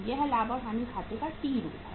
यह लाभ और हानि खाते का T रूप है